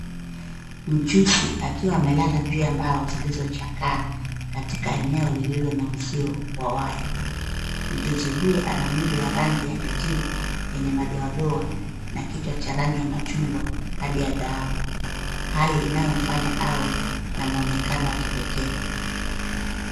Mjusi akiwa amelala juu ya mbao zilizochakaa katika eneo lililo na uzio wa waya. Mjusi huyo mwili wa rangi ya kijivu yenye madoadoa na kichwa cha rangi ya machungwa hadi ya dhahabu, hali inayomfanya awe na mwonekano wa kipekee.